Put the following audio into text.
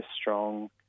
strong